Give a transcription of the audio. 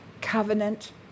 covenant